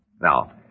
Now